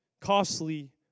costly